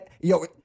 yo